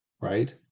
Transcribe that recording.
right